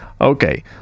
Okay